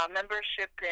membership